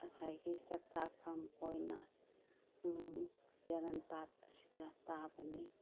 ꯉꯁꯥꯏꯒꯤ ꯆꯥꯛꯇꯥꯐꯝ ꯑꯣꯏꯅ ꯌꯥꯔꯟ ꯄꯥꯠ ꯑꯁꯤꯗ ꯇꯥꯕꯅꯤ